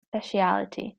specialty